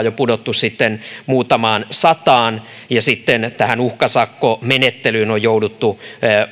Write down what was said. jo pudottu sitten muutamaan sataan ja sitten tähän uhkasakkomenettelyyn on jouduttu